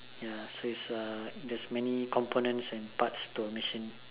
ya so is a just many components and parts to a machine